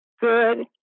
Good